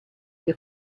che